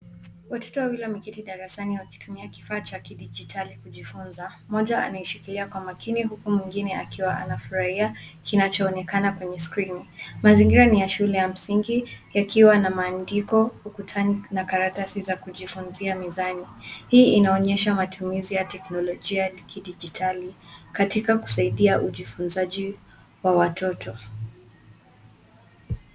Watoto wawili wameketi darasani wakitumia kifaa cha kidigtali kujifunza. Mmoja anaishikilia kwa makini huku mwingine akiwa anafurahia kinachoonekana kwenye skrini. Mazingira ni ya shule ya msingi yakiwa na maandiko ukutani na karatasi za kujifunzia mezani. Hii inaonyesha matumizi ya teknolojia ya kidigitali katika kusaidia ujifunzaji wa watoto.